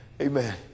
Amen